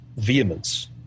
vehemence